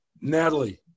Natalie